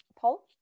Paul